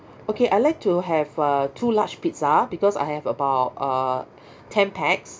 okay I like to have uh two large pizza because I have about uh ten pax